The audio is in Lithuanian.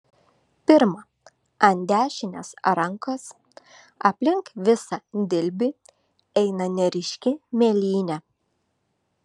pirma ant dešinės rankos aplink visą dilbį eina neryški mėlynė